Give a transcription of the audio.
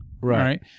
right